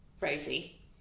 Rosie